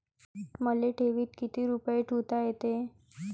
मले ठेवीत किती रुपये ठुता येते?